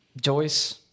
Joyce